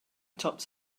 tops